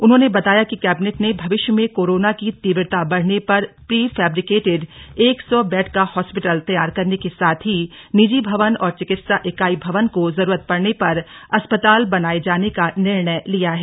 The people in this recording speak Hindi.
उन्होंने बताया कि कैबिनेट ने भविष्य में कोरोना की तीव्रता बढ़ने पर प्री फेब्रिकेटेड एक सौ बेड का हॉस्पिटल तैयार करने के साथ ही निजी भवन और चिकित्सा ईकाई भवन को जरूरत पड़ने पर अस्पताल बनाये जाने का निर्णय लिया है